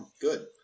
Good